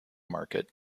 market